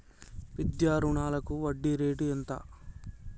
విద్యా రుణాలకు వడ్డీ రేటు ఎంత?